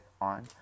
on